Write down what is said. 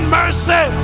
mercy